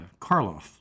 Karloff